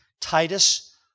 Titus